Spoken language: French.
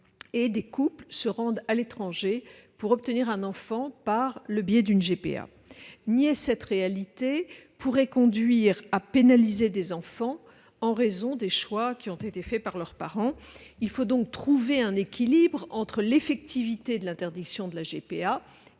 et des couples se rendent à l'étranger pour obtenir un enfant par le biais d'une GPA. Nier cette réalité pourrait conduire à pénaliser des enfants en raison de choix effectués par leurs parents. Il convient donc de trouver un équilibre entre l'effectivité de l'interdiction de la GPA